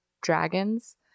dragons